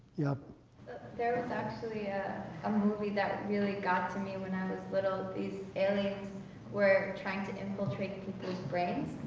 yeah. audience there was actually a um and movie that really got to me when i was little. these aliens were trying to infiltrate people's brains,